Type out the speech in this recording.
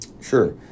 Sure